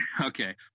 Okay